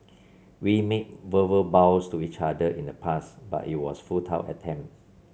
we made verbal vows to each other in the past but it was futile attempt